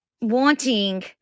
wanting